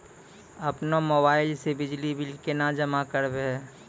अपनो मोबाइल से बिजली बिल केना जमा करभै?